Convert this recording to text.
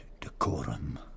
decorum